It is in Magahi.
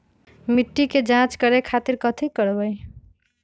मिट्टी के जाँच करे खातिर कैथी करवाई?